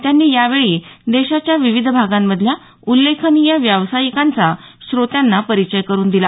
त्यांनी यावेळी देशाच्या विविध भागांमधल्या उल्लेखनीय व्यावसायिकांचा श्रोत्यांना परिचय करून दिला